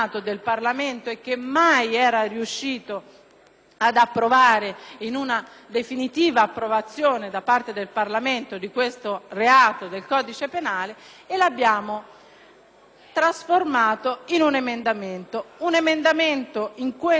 un emendamento al disegno di legge sulla sicurezza,